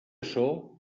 açò